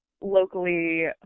locally